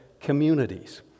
communities